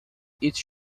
each